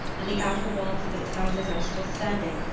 and the outer walls of its houses are still standing,